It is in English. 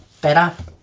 better